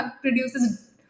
produces